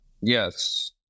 Yes